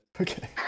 Okay